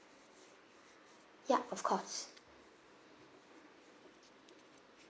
yup of course